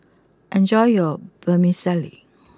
enjoy your Vermicelli